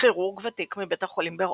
כירורג ותיק מבית החולים באולדהם.